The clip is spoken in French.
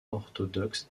orthodoxes